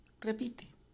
Repite